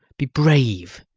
be brave!